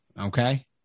Okay